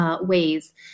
ways